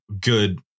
good